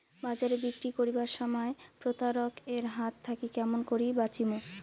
বাজারে বিক্রি করিবার সময় প্রতারক এর হাত থাকি কেমন করি বাঁচিমু?